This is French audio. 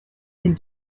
mille